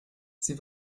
sie